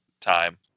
time